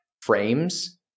frames